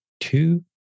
two